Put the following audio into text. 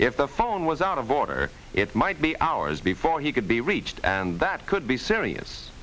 if the phone was out of order it might be hours before you could be reached and that could be serious